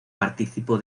participó